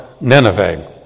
Nineveh